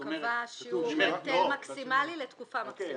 הוא קבע שיעור היטל מקסימלי לתקופה מקסימלית.